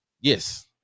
Yes